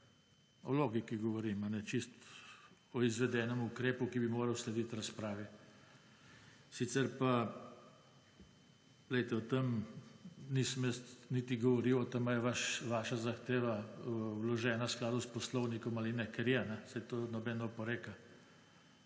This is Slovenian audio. O logiki govorim, čisto o izvedenem ukrepu, ki bi moral slediti razpravi. Sicer pa, glejte, o tem nisem jaz niti govoril o tem, ali je vaša zahteva vložena v skladu s Poslovnikom ali ne, ker je, saj to noben ne oporeka.